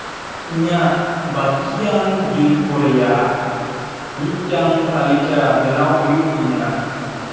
ᱤᱧᱟᱹᱜ ᱵᱟᱠᱤᱭᱟᱱ ᱵᱤᱞ ᱠᱚ ᱨᱮᱭᱟᱜ ᱢᱤᱫᱴᱟᱝ ᱛᱟᱹᱞᱤᱠᱟ ᱵᱮᱱᱟᱣ ᱦᱩᱭᱩᱜ ᱛᱤᱧᱟ